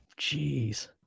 jeez